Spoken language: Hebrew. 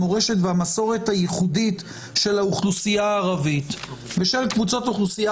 המורשת והמסורת הייחודית של האוכלוסייה הערבית ושל קבוצות אוכלוסייה